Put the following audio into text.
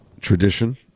tradition